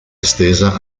estesa